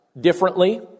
differently